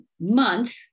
month